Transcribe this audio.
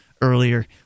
earlier